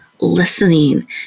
listening